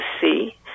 see